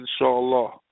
Inshallah